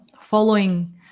following